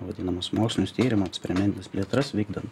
vadinamus mokslinius tyrimus eksperimentines plėtras vykdant